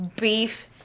beef